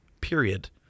period